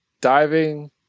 diving